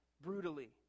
brutally